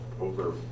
over